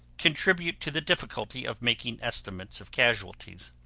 contribute to the difficulty of making estimates of casualties.